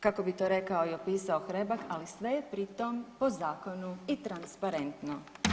Kako bi to rekao i opisao Hrebak, ali sve je pri tom po zakonu i transparentno.